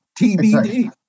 TBD